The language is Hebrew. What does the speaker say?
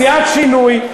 סיעת שינוי,